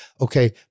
okay